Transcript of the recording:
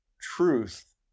truth